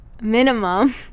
minimum